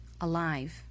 alive